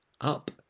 up